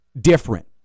different